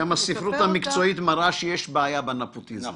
גם הספרות המקצועית מראה שיש בעיה בנפוטיזם.